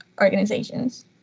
organizations